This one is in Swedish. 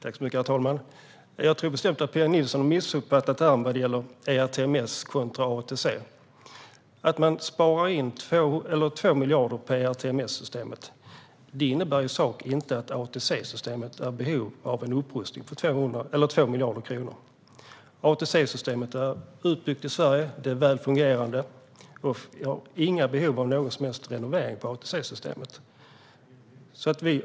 Herr talman! Jag tror bestämt att Pia Nilsson har missuppfattat det här med ERTMS kontra ATC. Att man sparar in 2 miljarder på ERTMS-systemet innebär i sak inte att ATC-systemet är i behov av en upprustning för 2 miljarder kronor. ATC-systemet i Sverige är uppbyggt och välfungerande. Vi har inga behov av någon som helst renovering av ATC-systemet.